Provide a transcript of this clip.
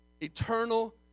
eternal